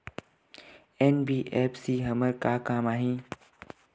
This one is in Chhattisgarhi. एन.बी.एफ.सी हमर का काम आही?